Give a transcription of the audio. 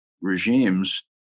regimes